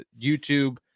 YouTube